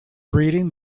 reading